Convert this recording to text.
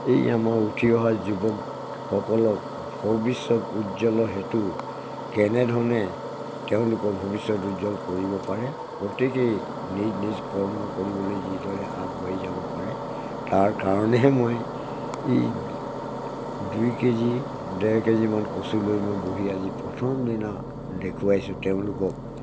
এই আমাৰ উঠি অহা যুৱকসকলক ভৱিষ্যত উজ্জ্বলৰ হেতু কেনেধৰণে তেওঁলোকক ভৱিষ্যত উজ্জ্বল কৰিব পাৰে প্ৰত্যেকেই নিজ নিজ কৰ্ম কৰিবলৈ যিদৰে আগবাঢ়ি যাব পাৰে তাৰ কাৰণেহে মই এই দুই কেজি ডেৰ কেজিমান কচু লৈ মই বহি আজি প্ৰথম দিনা দেখুৱাইছোঁ তেওঁলোকক